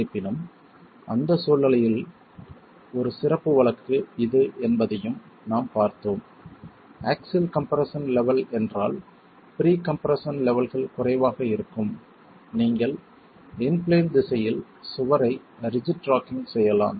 இருப்பினும் அந்த சூழ்நிலையின் ஒரு சிறப்பு வழக்கு இது என்பதையும் நாம் பார்த்தோம் ஆக்ஸில் கம்ப்ரெஸ்ஸன் லெவல் என்றால் ப்ரீ கம்ப்ரெஸ்ஸன் லெவல்கள் குறைவாக இருக்கும் நீங்கள் இன் பிளேன் திசையில் சுவரை ரிஜிட் ராக்கிங் செய்யலாம்